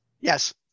Yes